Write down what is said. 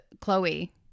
chloe